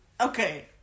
Okay